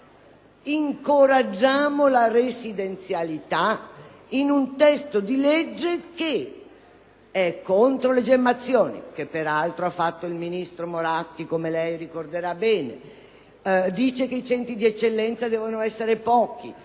Si incoraggia cioela residenzialita in un disegno di legge che econtro le gemmazioni (che peraltro ha fatto il ministro Moratti, come lei ricordera bene); stabilisce che i centri di eccellenza devono essere pochi,